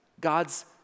God's